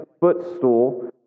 footstool